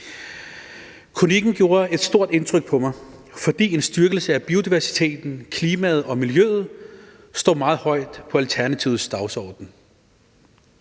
Kronikken gjorde et stort indtryk på mig, fordi en styrkelse af biodiversiteten, klimaet og miljøet står meget højt på Alternativets dagsorden.